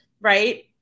right